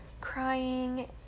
crying